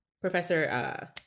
Professor